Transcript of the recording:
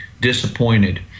disappointed